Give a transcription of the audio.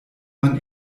man